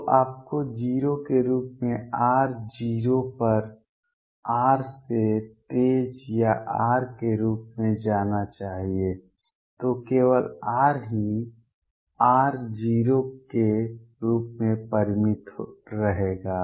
तो आपको 0 के रूप में r → 0 पर r से तेज या r के रूप में जाना चाहिए तो केवल r ही r → 0 के रूप में परिमित रहेगा